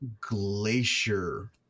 glacier